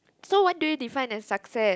so what do you define as success